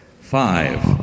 five